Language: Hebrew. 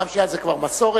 ופעם שנייה זה כבר מסורת.